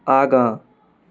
आगाँ